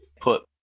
put